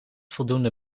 voldoende